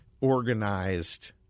organized